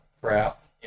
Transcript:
crap